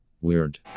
weird